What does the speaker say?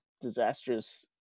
disastrous